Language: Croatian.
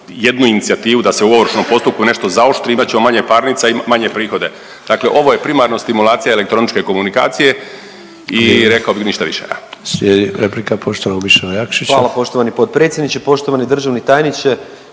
jednu inicijativu da se u ovršnom postupku nešto zaoštri imat ćemo manje parnica i manje prihode, dakle ovo je primarno stimulacija elektroničke komunikacije…/Upadica